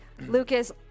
Lucas